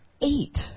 eight